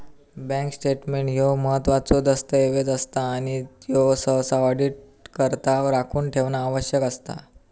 bank statement ह्यो महत्त्वाचो दस्तऐवज असता आणि त्यो सहसा ऑडिटकरता राखून ठेवणा आवश्यक असता